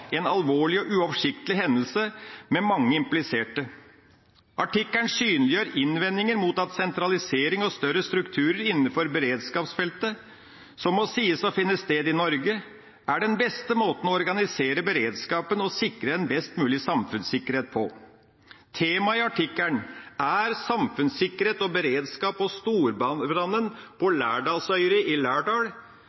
en alvorlig og uoversiktlig hendelse med mange impliserte. Artikkelen synliggjør innvendinger mot at sentralisering og større strukturer innenfor beredskapsfeltet, som må sies å finne sted i Norge, er den beste måten å organisere beredskapen og sikre en best mulig samfunnssikkerhet på. Temaet i artikkelen er samfunnssikkerhet og beredskap og storbrannen på Lærdalsøyri i Lærdal